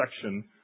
section